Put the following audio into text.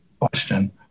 question